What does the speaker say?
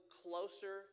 closer